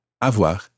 avoir